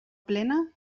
plena